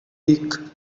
week